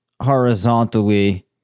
horizontally